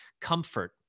comfort